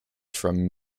from